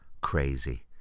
crazy